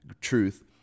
truth